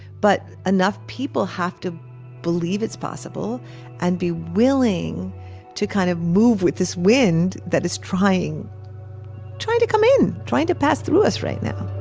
but enough people have to believe it's possible and be willing to kind of move with this wind that is trying trying to come in, trying to pass through us right now